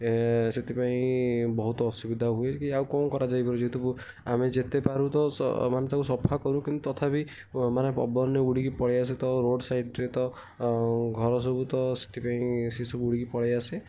ସେଥିପାଇଁ ବହୁତ ଅସୁବିଧା ହୁଏ କି ଆଉ କ'ଣ କରାଯାଇପାରିବ ଯେହେତୁ ଆମେ ଯେତେ ପାରୁ ତ ମାନେ ତାକୁ ସଫା କରୁ କିନ୍ତୁ ତଥାପି ମାନେ ପବନରେ ଉଡ଼ିକି ପଳାଇ ଆସେ ତ ରୋଡ଼୍ ସାଇଡ଼୍ରେ ତ ଘର ସବୁ ତ ସେଥିପାଇଁ ସେସବୁ ଉଡ଼ିକି ପଳାଇ ଆସେ